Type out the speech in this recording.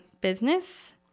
business